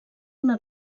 una